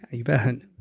you bet